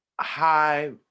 high